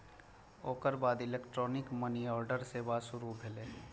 ओकर बाद electronic money order सेवा शुरू भेलै